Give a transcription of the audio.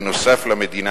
בנוסף למדינה,